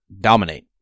dominate